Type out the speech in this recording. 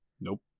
Nope